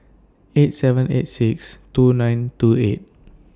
eight seven eight six two nine two eight